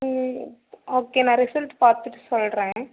ம் ஓகே நான் ரிசல்ட் பார்த்துட்டு சொல்றேன்